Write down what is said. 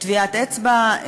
טביעת אצבע,